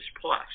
plus